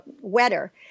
wetter